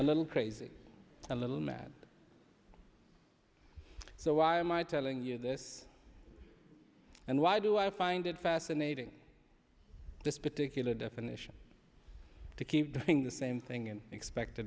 a little crazy a little mad so why am i telling you this and why do i find it fascinating this particular definition to keep doing the same thing and expect a